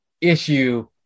issue